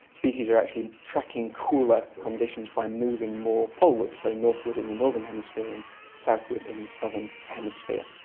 species are actually tracking cooler conditions by moving more polewards, so northward in the northern hemisphere and southward in the southern hemisphere.